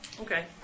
Okay